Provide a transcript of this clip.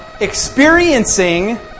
experiencing